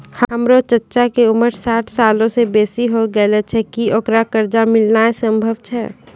हमरो चच्चा के उमर साठ सालो से बेसी होय गेलो छै, कि ओकरा कर्जा मिलनाय सम्भव छै?